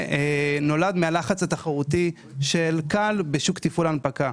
שנולד מהלחץ התחרותי של כאל בשוק תפעול ההנפקה.